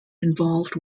involved